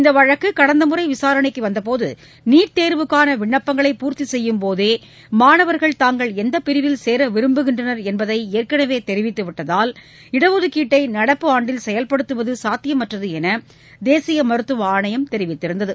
இந்த வழக்கு கடந்த முறை விசாரணைக்கு வந்த போது நீட் தேர்வுக்கான விண்ணப்பங்களை பூர்த்தி செய்யும்போதே மாணவர்கள் தாங்கள் எந்த பிரிவில் சேர விரும்புகின்றனர் என்பதை ஏற்கனவே தெரிவித்துவிட்டதால் இடஒதுக்கீட்டை நடப்பு ஆண்டில் செயல்படுத்துவது சாத்தியமற்றது என தேசிய மருத்துவ ஆணையம் தெரிவித்திருந்தது